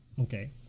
Okay